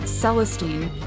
Celestine